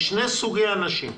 יש שני סוגי אנשים.